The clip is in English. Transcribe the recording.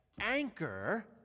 anchor